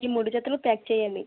ఈ మూడు జతలు ప్యాక్ చెయ్యండి